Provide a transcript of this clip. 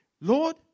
Lord